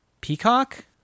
peacock